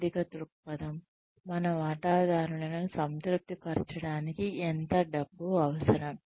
ఆర్థిక దృక్పథం మన వాటాదారులను సంతృప్తి పరచడానికి ఎంత డబ్బు అవసరం